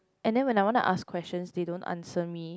and then when I want to ask question they don't answer me